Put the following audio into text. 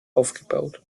aufgebaut